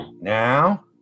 now